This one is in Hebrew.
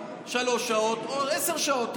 שלוש שעות או עשר שעות.